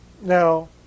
Now